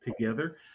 together